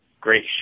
great